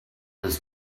was